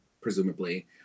presumably